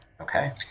Okay